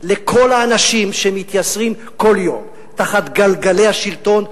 לכל האנשים שמתייסרים כל יום תחת גלגלי השלטון,